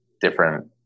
different